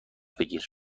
بگیر